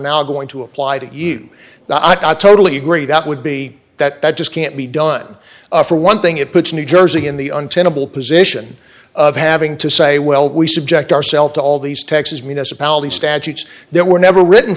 now going to apply to you know i totally agree that would be that that just can't be done for one thing it puts new jersey in the untenable position of having to say well we subject ourselves to all these texas municipalities statutes there were never written